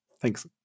Thanks